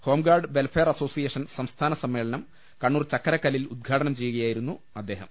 home guard welfare association സംസ്ഥാന സമ്മേളനം കണ്ണൂർ ചക്കരക്കല്ലിൽ ഉദ്ഘാടനം ചെയ്യുകയായിരുന്നു അദ്ദേഹം